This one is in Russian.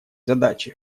задачи